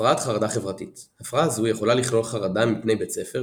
הפרעת חרדה חברתית הפרעה זו יכולה לכלול חרדה מפני בית ספר,